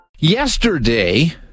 Yesterday